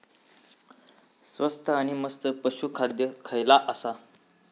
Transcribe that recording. स्वस्त आणि मस्त पशू खाद्य खयला आसा?